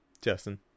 Justin